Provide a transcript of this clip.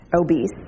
obese